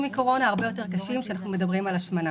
מקורונה הרבה יותר קשים כשמדובר על השמנה.